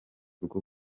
rwo